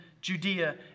Judea